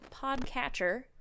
podcatcher